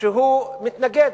שהוא מתנגד.